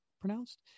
pronounced